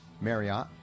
Marriott